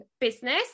business